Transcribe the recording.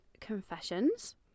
confessions